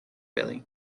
billy